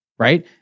Right